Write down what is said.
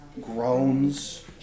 groans